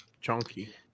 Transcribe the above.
Chunky